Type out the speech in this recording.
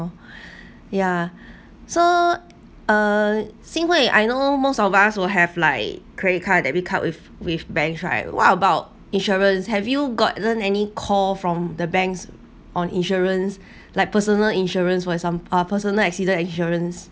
ya so uh xin hui I know most of us will have like credit card debit card with with banks right what about insurance have you gotten any call from the banks on insurance like personal insurance for example uh personal accident insurance